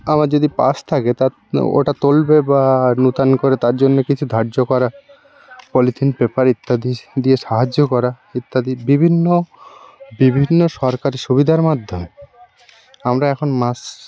আমার যদি পাস থাকে তা ওটা তুলবে বা নূতন করে তার জন্য কিছু ধার্য করা পলিথিন পেপার ইত্যাদি দিয়ে সাহায্য করা ইত্যাদি বিভিন্ন বিভিন্ন সরকারি সুবিধার মাধ্যমে আমরা এখন মাছ